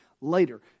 later